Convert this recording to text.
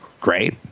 Great